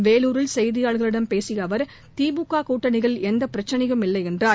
வேலூரில் செய்தியாளர்களிடம் பேசிய அவர் திமுக கூட்டணியில் எந்த பிரச்சினையும் இல்லை என்றார்